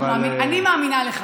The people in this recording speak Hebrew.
אבל, שמחה, אני מאמינה לך.